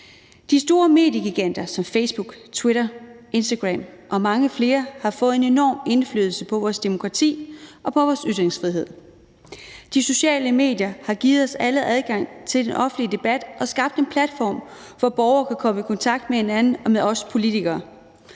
De store mediegiganter som Facebook, Twitter, Instagram og mange flere har fået en enorm indflydelse på vores demokrati og på vores ytringsfrihed. De sociale medier har givet os alle adgang til den offentlige debat og skabt en platform, hvor borgere kan komme i kontakt med hinanden og med os politikere.